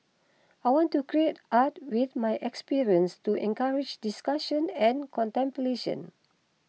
I want to create art with my experience to encourage discussion and contemplation